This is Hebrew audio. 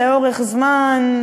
לאורך זמן,